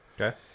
Okay